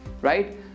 right